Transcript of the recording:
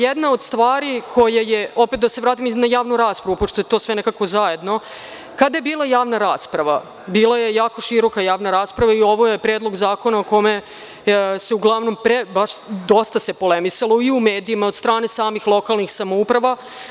Jedna od stvari, opet da se vratim na javnu raspravu, pošto je to sve zajedno, kada je bila javna rasprava, bila je jako široka javna rasprava i ovo je Predlog zakona o kome se dosta polemisalo i u medijima, od strane samih lokalnih samouprava.